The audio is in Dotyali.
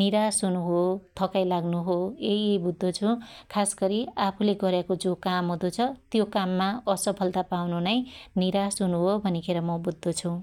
निराश हुनु हो ,थकाइ लाग्नु हो यइ बुझ्दो छु । खास गरी आफुले गर्याको जो काम हुदो छ त्यो काममा असफलता पाउनु नै निराश हुनुहो भनिखेर म बुद्दो छ ।